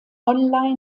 online